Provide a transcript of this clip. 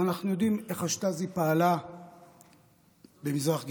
ואנחנו יודעים איך השטאזי פעלה במזרח גרמניה,